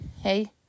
hey